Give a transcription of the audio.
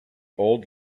old